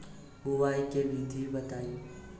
बुआई के विधि बताई?